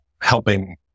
helping